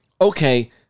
okay